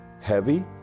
heavy